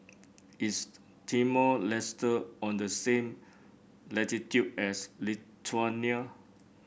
is Timor Leste on the same latitude as Lithuania